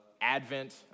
Advent